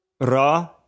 Ra